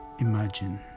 Imagine